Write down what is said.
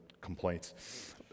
complaints